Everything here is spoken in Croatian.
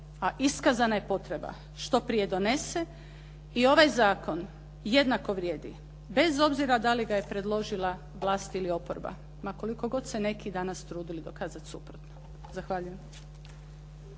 a iskazana je potreba, što prije donese i ovaj zakon jednako vrijedi. Bez obzira da li ga je predložila vlast ili oporba, ma koliko god se danas neki trudili dokazati suprotno. Zahvaljujem.